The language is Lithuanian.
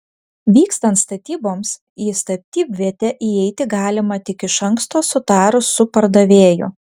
vykstant statyboms į statybvietę įeiti galima tik iš anksto sutarus su pardavėju